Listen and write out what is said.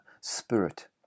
spirit